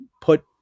put